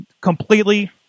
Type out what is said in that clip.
completely